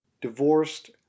divorced